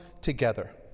together